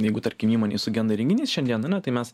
jeigu tarkim įmonėj sugenda renginys šiandieną na tai mes